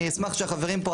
אני אשמח שהחברים פה,